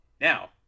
Now